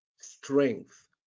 strength